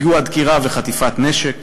פיגוע דקירה,